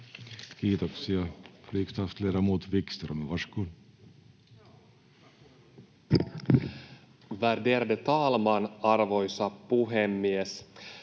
Kiitoksia. — Riksdagsledamot Wickström, varsågod. Värderade talman, arvoisa puhemies!